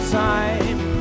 time